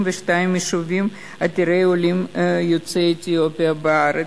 יישובים עתירי עולים יוצאי אתיופיה בארץ.